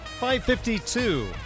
552